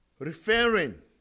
Referring